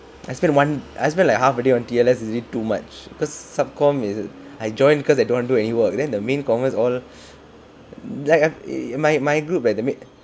I spend one I spent like half a day on T_L_S is it too much because sub comm is it I joined because they don't want do any work then the main commerce all like I I my my group when they meet